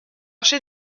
chef